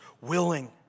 willing